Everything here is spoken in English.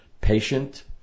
patient